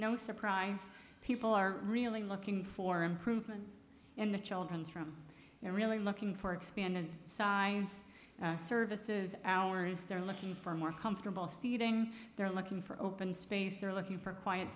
no surprise people are really looking for improvements in the children's room they're really looking for expand and science services hours they're looking for more comfortable seating they're looking for open space they're looking for quiet